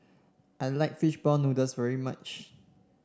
I like fish ball noodles very much